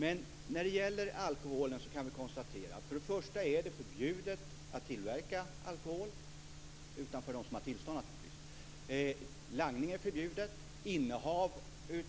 Men när det gäller alkoholen kan vi konstatera att det är förbjudet att tillverka alkohol - utom för dem som har tillstånd, naturligtvis. Langning är förbjudet. Innehav